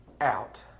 out